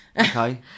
okay